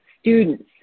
students